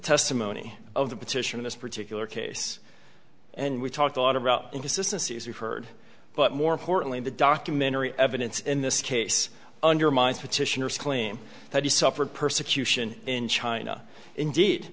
testimony of the petition in this particular case and we talked a lot about inconsistency as we've heard but more importantly the documentary evidence in this case undermines petitioners claim that he suffered persecution in china indeed